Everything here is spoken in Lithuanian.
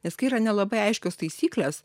nes kai yra nelabai aiškios taisyklės